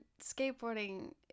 skateboarding